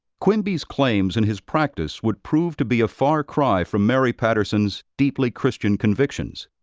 quimby's claims and his practice would prove to be a far cry from mary patterson's deeply christian convictions.